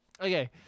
Okay